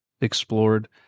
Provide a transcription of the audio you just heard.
explored